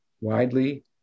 widely